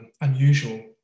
unusual